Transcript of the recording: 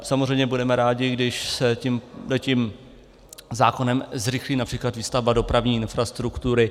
Samozřejmě budeme rádi, když se tímto zákonem zrychlí například výstavba dopravní infrastruktury.